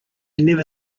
never